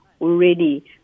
Already